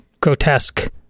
grotesque